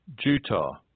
Jutah